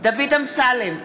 דוד אמסלם,